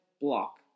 block